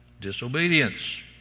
disobedience